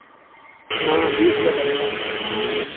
हाँ बीस रुपिया पड़ेगा